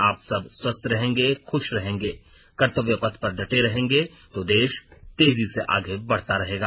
आप सब स्वस्थ रहेंगे खुश रहेंगे कर्तव्य पथ पर डटे रहेंगे तो देश तेजी से आगे बढ़ता रहेगा